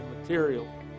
material